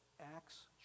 Acts